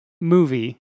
movie